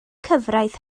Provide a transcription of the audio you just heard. cyfraith